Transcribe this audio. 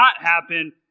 happen